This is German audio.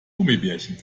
gummibärchen